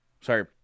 Sorry